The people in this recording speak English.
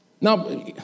Now